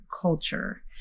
culture